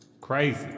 Crazy